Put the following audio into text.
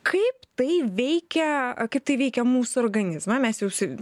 kaip tai veikia kaip tai veikia mūsų organizmą mes jausai